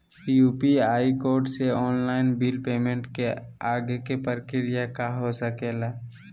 UPI code से online bill payment के आगे के प्रक्रिया का हो सके ला?